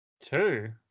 Two